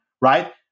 right